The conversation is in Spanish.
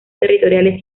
territoriales